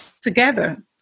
Together